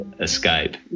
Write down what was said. escape